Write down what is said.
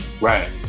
right